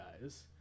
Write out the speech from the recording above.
guys